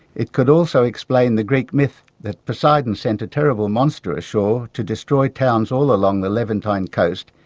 it could also explain the greek myth that poseidon sent a terrible monster ashore to destroy towns all along the levantine coast,